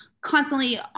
constantly